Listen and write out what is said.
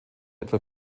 etwa